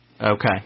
Okay